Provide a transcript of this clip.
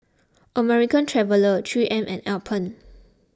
American Traveller three M and Alpen